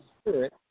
spirit